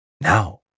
Now